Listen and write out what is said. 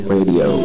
Radio